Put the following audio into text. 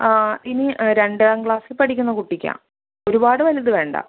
ആ ഇനി രണ്ടാം ക്ലാസ്സിൽ പഠിക്കുന്ന കുട്ടിക്കാണ് ഒരുപാട് വലുത് വേണ്ട